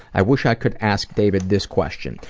i wish i could ask david this question.